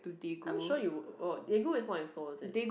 I'm sure you would oh Daegu is not Seoul is it